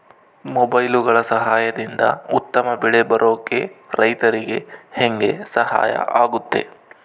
ಮೊಬೈಲುಗಳ ಸಹಾಯದಿಂದ ಉತ್ತಮ ಬೆಳೆ ಬರೋಕೆ ರೈತರಿಗೆ ಹೆಂಗೆ ಸಹಾಯ ಆಗುತ್ತೆ?